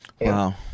Wow